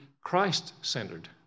Christ-centered